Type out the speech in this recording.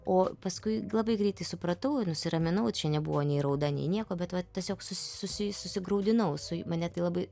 o paskui labai greitai supratau nusiraminau čia nebuvo nei rauda nei nieko bet vat tiesiog su susi susigraudinau su mane tai labai